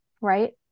right